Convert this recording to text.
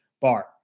bar